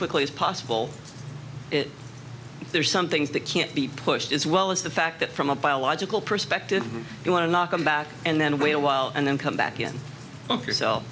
quickly as possible there's some things that can't be pushed as well as the fact that from a biological perspective you want to knock them back and then wait a while and then come back in yourself